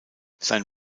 sein